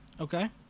okay